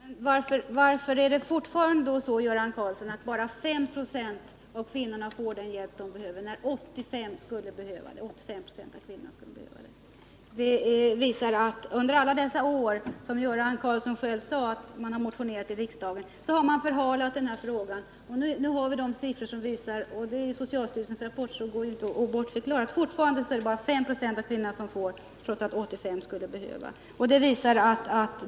Herr talman! Men varför är det då fortfarande så, Göran Karlsson, att bara 5 26 av de barnafödande kvinnorna får den hjälp till smärtlindring som de behöver när 85 26 av barnaföderskorna skulle behöva sådan? Det visar att frågan har förhalats under alla de år då man har motionerat i riksdagen, som Göran Karlsson själv sade. Nu har vi siffror som visar — och det är socialstyrelsens rapport, så siffrorna går inte att bortförklara — att det fortfarande bara är 5 26 av kvinnorna som får sådan hjälp trots att 85 26 av dem skulle behöva få smärtlindring.